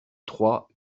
trois